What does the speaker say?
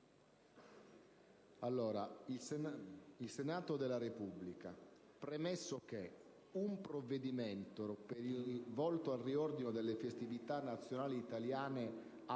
«Il Senato della Repubblica, premesso che: un provvedimento per il riordino delle festività nazionali italiane